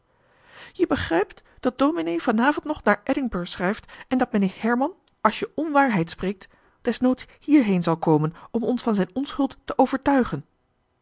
je begrijpt dat dominee vanavond nog naar edinburg schrijft en dat meneer herman als je onwaarheid spreekt desnoods hierheen zal komen om ons van zijn onschuld te overtuigen